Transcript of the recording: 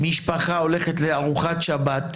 משפחה הולכת לארוחת שבת,